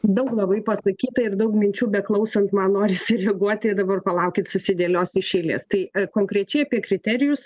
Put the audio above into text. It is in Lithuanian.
daug labai pasakyta ir daug minčių beklausant man norisi reaguoti ir dabar palaukit susidėliosiu iš eilės tai konkrečiai apie kriterijus